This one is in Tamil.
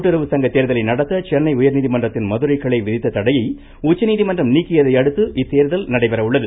கூட்டுறவு சங்க தேர்தலை நடத்த சென்னை உயர்நீதிமன்றத்தின் மதுரை கிளை விதித்த தடையை உச்சநீதிமன்றம் நீக்கியதை அடுத்து இத்தேர்தல் நடைபெற உள்ளது